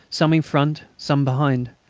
some in front, some behind.